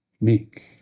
meek